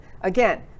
Again